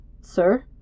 Sir